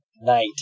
night